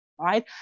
right